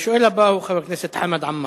השואל הבא הוא חבר הכנסת חמד עמאר.